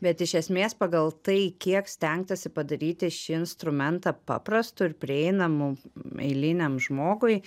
bet iš esmės pagal tai kiek stengtasi padaryti šį instrumentą paprastu ir prieinamu eiliniam žmogui